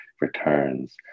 returns